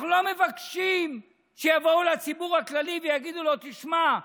אנחנו לא מבקשים שיבואו לציבור הכללי ויגידו לו: תשמע,